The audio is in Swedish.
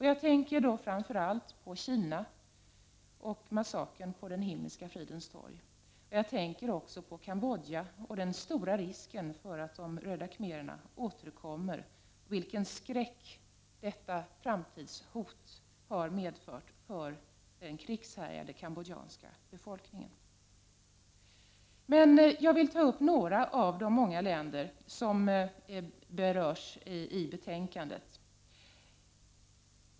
Jag tänker då framför allt på Kina och massakern på den Himmelska fridens torg. Jag tänker också på Cambodja, där risken för att de röda khmererna återkommer är ett framtidshot som medför en skräck för den krigshärjade cambodjanska befolkningen. Men jag vill kommentera några av de många länder som nämns i betänkandet.